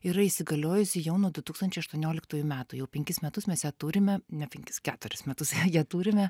yra įsigaliojusi jau nuo du tūkstančiai aštuonioliktųjų metų jau penkis metus mes ją turime ne penkis keturis metus ją turime